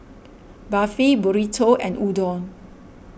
Barfi Burrito and Udon